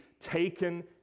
taken